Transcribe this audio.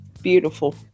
beautiful